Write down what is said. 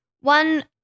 One